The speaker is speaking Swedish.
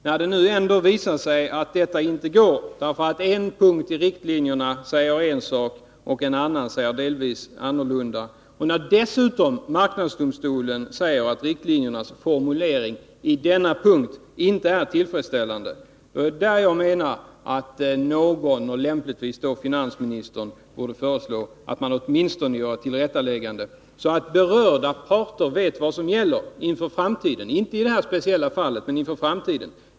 När det visar sig att det inte går — därför att i en punkt i riktlinjerna sägs en sak och i en annan punkt delvis någonting annat — och när marknadsdomstolen dessutom anser att riktlinjernas formulering i detta avseende inte är tillfredsställande, borde någon, lämpligtvis då finansministern, föreslå att man åtminstone gör ett tillrättaläggande, så att berörda parter vet vad som gäller, inte i detta fall utan inför framtiden.